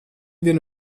vien